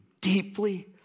deeply